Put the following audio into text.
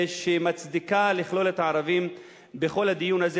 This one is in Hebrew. שמצדיקה לכלול את הערבים בכל הדיון הזה?